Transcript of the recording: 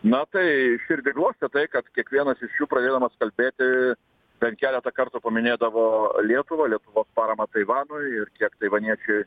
na tai širdį glostė tai kad kiekvienas iš jų pradėdamas kalbėti bent keletą kartų paminėdavo lietuvą lietuvos paramą taivanui ir kiek taivaniečiai